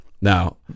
Now